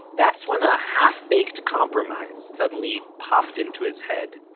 that's when a half-baked compromise suddenly popped into his head.